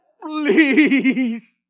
Please